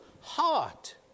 heart